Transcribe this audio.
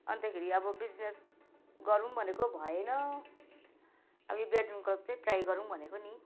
अन्तखेरि अब बिजनेस गरौँ भनेको भएन अब यो ग्रेट डेनको चाहिँ ट्राई गरौँ भनेको नि